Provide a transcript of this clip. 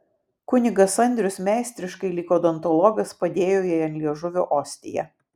kunigas andrius meistriškai lyg odontologas padėjo jai ant liežuvio ostiją